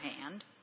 hand